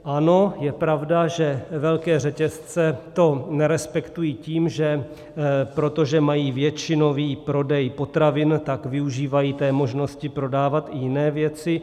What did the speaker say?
Ano, je pravda, že velké řetězce to nerespektují tím, že protože mají většinový prodej potravin, tak využívají možnosti prodávat i jiné věci.